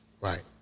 Right